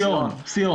שיאון.